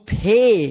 pay